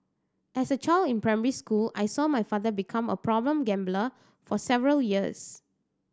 as a child in primary school I saw my father become a problem gambler for several years